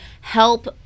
help